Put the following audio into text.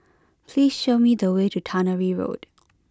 please show me the way to Tannery Road